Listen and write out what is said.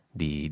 di